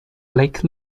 lake